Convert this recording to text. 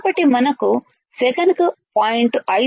కాబట్టి మనకు సెకనుకు 0